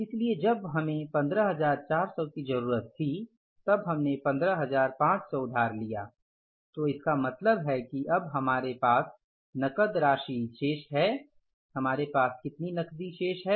इसलिए जब हमें 15400 की जरुरत थी तब हमने 15500 उधार लिया तो इसका मतलब है कि अब हमारे पास नकद राशि शेष है हमारे पास कितना नकदी शेष है